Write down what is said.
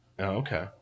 Okay